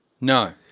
No